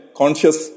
conscious